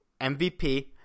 MVP